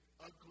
ugly